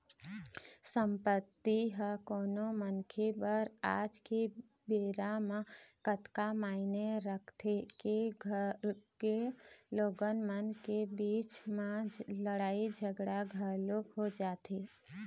संपत्ति ह कोनो मनखे बर आज के बेरा म अतका मायने रखथे के लोगन मन के बीच म लड़ाई झगड़ा घलोक हो जाथे